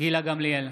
גילה גמליאל,